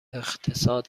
اقتصاد